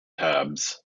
tabs